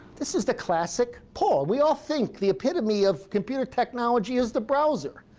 this is the classic pull. we all think the epitome of computer technology is the browser.